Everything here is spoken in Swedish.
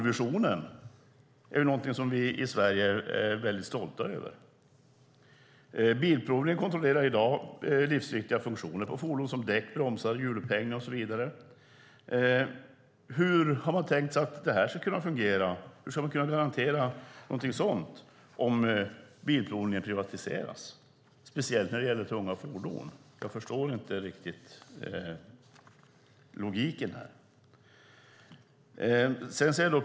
Vi i Sverige är väldigt stolta över nollvisionen. Bilprovningen kontrollerar i dag livsviktiga funktioner på fordon som däck, bromsar, hjulupphängning och så vidare. Hur har man tänkt sig att det ska kunna fungera? Hur ska man kunna garantera någonting sådant, speciellt när det gäller tunga fordon, om bilprovningen privatiseras? Jag förstår inte riktigt logiken här.